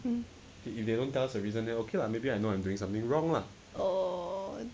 mmhmm err